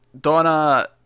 Donna